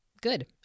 good